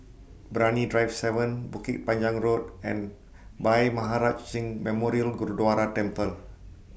Brani Drive seven Bukit Panjang Road and Bhai Maharaj Singh Memorial Gurdwara Temple